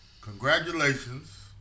Congratulations